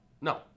No